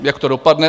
Jak to dopadne?